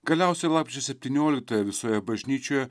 galiausiai lapkričio septynioliktąją visoje bažnyčioje